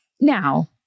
Now